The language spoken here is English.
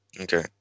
Okay